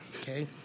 okay